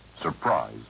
surprise